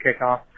kickoff